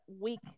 week